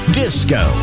disco